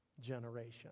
generation